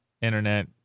internet